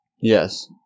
Yes